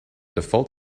default